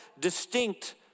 distinct